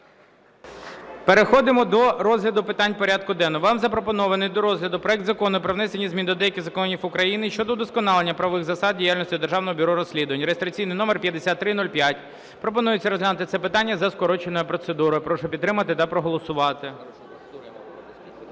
Переходимо до розгляду питань порядку денного. Вам запропонований до розгляду проект Закону про внесення змін до деяких законів України щодо удосконалення правових засад діяльності Державного бюро розслідувань (реєстраційний номер 5305). Пропонується розглянути це питання за скороченою процедурою. Прошу підтримати та проголосувати. 10:18:26